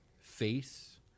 face